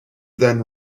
then